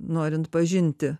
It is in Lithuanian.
norint pažinti